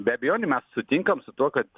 be abejonių mes sutinkam su tuo kad